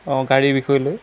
অঁ গাড়ীৰ বিষয়লৈ